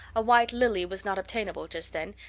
a white lily was not obtainable just then,